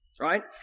right